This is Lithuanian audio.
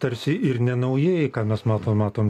tarsi ir ne naujieji ką mes matom matom